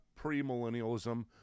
premillennialism